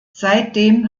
seitdem